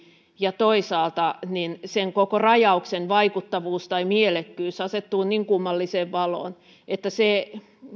ja toisaalta sen koko rajauksen vaikuttavuus tai mielekkyys asettuu niin kummalliseen valoon että